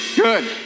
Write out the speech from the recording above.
Good